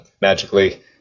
magically